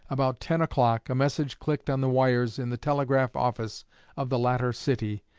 about ten o'clock, a message clicked on the wires in the telegraph office of the latter city,